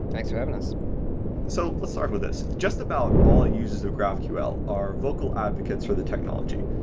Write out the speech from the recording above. thanks for having us. so let's start with this just about all users of graphql are vocal advocates for the technology,